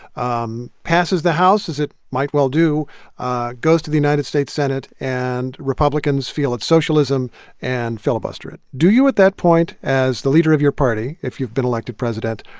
um passes the house as it might well do goes to the united states senate and republicans feel it's socialism and filibuster it, do you at that point as the leader of your party, if you've been elected president,